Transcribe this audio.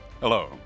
Hello